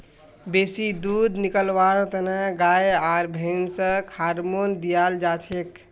बेसी दूध निकलव्वार तने गाय आर भैंसक हार्मोन दियाल जाछेक